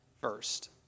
first